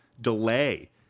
delay